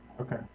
Okay